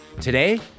Today